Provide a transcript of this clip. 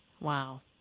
Wow